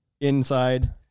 Inside